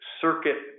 circuit